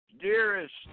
Dearest